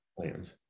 plans